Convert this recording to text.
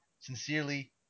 Sincerely